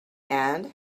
and